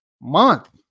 month